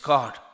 God